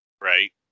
Right